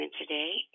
today